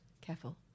Careful